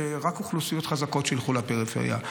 שרק אוכלוסיות חזקות ילכו לפריפריה,